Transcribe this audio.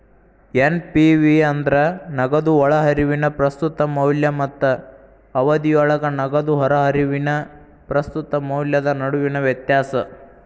NPV ಅಂದ್ರ ನಗದು ಒಳಹರಿವಿನ ಪ್ರಸ್ತುತ ಮೌಲ್ಯ ಮತ್ತ ಅವಧಿಯೊಳಗ ನಗದು ಹೊರಹರಿವಿನ ಪ್ರಸ್ತುತ ಮೌಲ್ಯದ ನಡುವಿನ ವ್ಯತ್ಯಾಸ